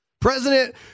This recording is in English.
President